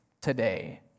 today